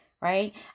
right